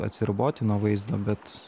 atsiriboti nuo vaizdo bet